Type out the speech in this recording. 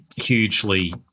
Hugely